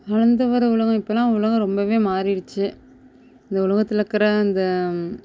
வளந்து வரும் உலகம் இப்பெல்லாம் உலகம் ரொம்பவே மாறிடுச்சு இந்த உலகத்தில்லருக்கற அந்த